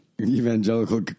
Evangelical